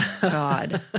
God